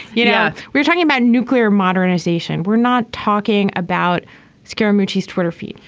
yeah we're talking about nuclear modernization we're not talking about scaramouche his twitter feed.